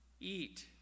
eat